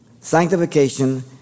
Sanctification